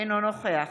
אינו נוכח